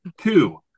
Two